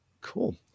cool